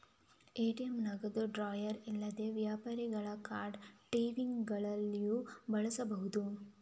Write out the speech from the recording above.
ATM ನಗದು drawer ಇಲ್ಲದೆ ವ್ಯಾಪಾರಿಗಳ ಕಾರ್ಡ್ ಟರ್ಮಿನಲ್ಲುಗಳಲ್ಲಿಯೂ ಬಳಸಬಹುದು